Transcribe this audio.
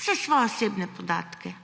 Vse svoje osebne podatke,